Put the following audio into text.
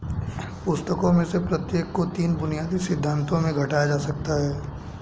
पुस्तकों में से प्रत्येक को तीन बुनियादी सिद्धांतों में घटाया जा सकता है